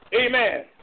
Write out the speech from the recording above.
Amen